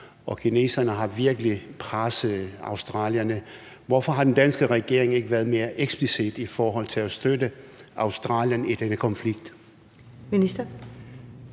og kineserne har virkelig presset australierne. Hvorfor har den danske regering ikke været mere eksplicit i forhold til at støtte Australien i denne konflikt? Kl.